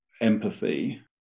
empathy